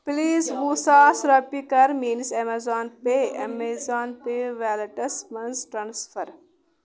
please وُہ ساس رۄپیہِ کر میٲنِس اَمیزان پے اَمیزان ویلٹس مَنٛز ٹرانسفر